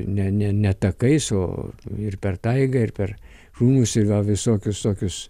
ne ne ne takais o ir per taigą ir per krūmus ir va visokius tokius